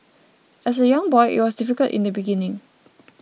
as a young boy it was difficult in the beginning